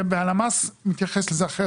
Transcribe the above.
והלמ"ס מתייחס לזה אחרת,